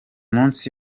munsi